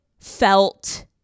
felt